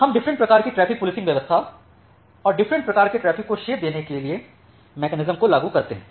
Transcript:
हम डिफरेंट प्रकार की ट्रैफिक पुलिस व्यवस्था और डिफरेंट प्रकार के ट्रैफिक को शेप देने के मैकेनिज्म को लागू करते हैं